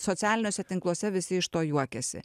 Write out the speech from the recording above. socialiniuose tinkluose visi iš to juokiasi